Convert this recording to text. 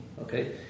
okay